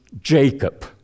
Jacob